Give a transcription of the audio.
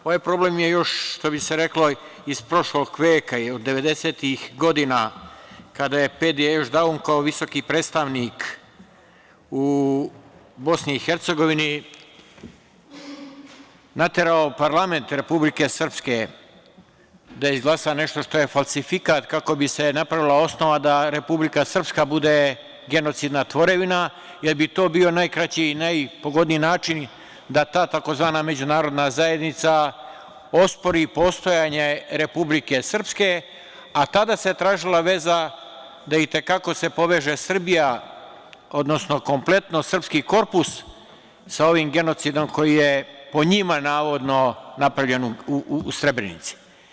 Ovaj problem je još, što bi se reklo iz prošlog veka, jer 90-ih godina kada je Pedi Ešdaun, kao visoki predstavnik u Bosni i Hercegovini naterao parlament Repbulike Srpske da izglasa nešto što je falsifikat kako bi se napravila osnova da Republika Srpska bude genocidna tvorevina, jer bi to bio najkraći i najpogodniji način da ta tzv. međunarodna zajednica ospori postojanje Republike Srpske, a tada se tražila veza da i te kako se poveže Srbija, odnosno kompletno srpski korpus sa ovim genocidom koji je po njima navodno napravljen u Srebrenici.